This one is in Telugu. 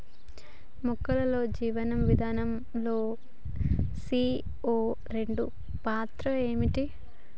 మొక్కల్లో జీవనం విధానం లో సీ.ఓ రెండు పాత్ర ఏంటి?